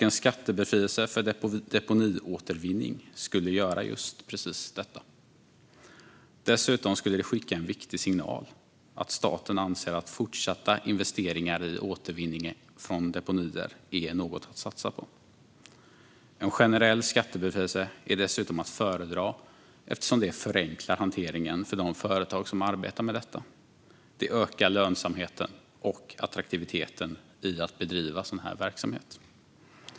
En skattebefrielse för deponiåtervinning skulle göra just precis det. Dessutom skulle det skicka en viktig signal: att staten anser att fortsatta investeringar i återvinning från deponier är något att satsa på. En generell skattebefrielse är dessutom att föredra eftersom det skulle förenkla hanteringen för de företag som arbetar med detta och öka lönsamheten och attraktiviteten i att bedriva sådan verksamhet.